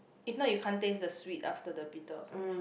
if not you can't taste the sweet after the bitter's right